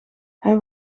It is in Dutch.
hij